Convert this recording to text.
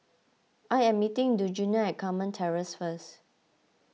I am meeting Djuana at Carmen Terrace first